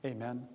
Amen